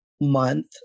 month